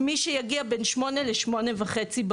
מי שיגיע בין 08:00 ל-08:30.